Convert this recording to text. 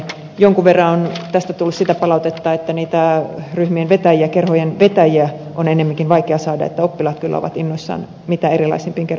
jonkun verran on tästä tullut sitä palautetta että niitä ryhmien vetäjiä kerhojen vetäjiä on ennemminkin vaikea saada että oppilaat kyllä ovat innoissaan mitä erilaisimpiin kerhoihin osallistumaan